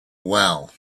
well